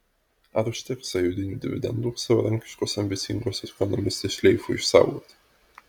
ar užteks sąjūdinių dividendų savarankiškos ambicingos ekonomistės šleifui išsaugoti